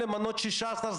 נותן ליועצת המשפטית להשיב.